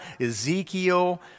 Ezekiel